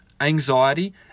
anxiety